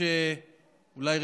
התשפ"א 2021,